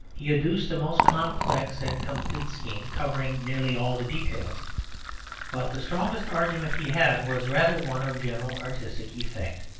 he adduced a most complex and complete scheme covering nearly all the details but the strongest argument he had was rather one of general artistic effect.